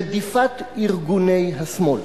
רדיפת ארגוני השמאל.